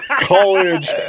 College